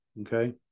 okay